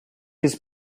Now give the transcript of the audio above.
his